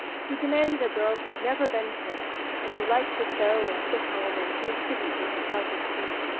he demanded a girl who'd never been kissed and who liked to sew and sit home and pay tribute to his self-esteem.